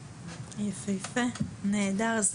נהדר.